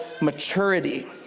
maturity